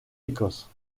écosse